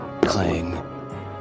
clang